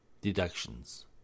Deductions